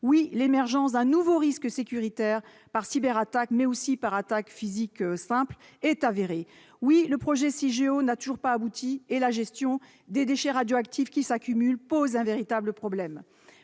Oui, l'émergence d'un nouveau risque sécuritaire, par cyberattaques, mais aussi par attaques physiques, est avérée. Oui, le projet Cigéo reste inabouti, et la gestion des déchets radioactifs qui s'accumulent pose un véritable problème.